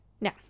Now